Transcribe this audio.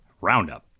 Roundup